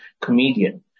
comedian